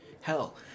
hell